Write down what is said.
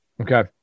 okay